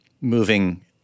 moving